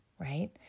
right